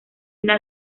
una